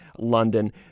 london